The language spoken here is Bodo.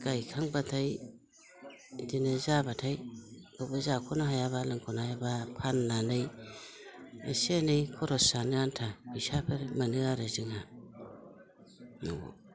गायखांबाथाय इदिनो जाबाथाय जाख'नो हायाबा फाननानै इसे इनै खरस जानो आन्था फैसाफोर मोनो आरो जोंहा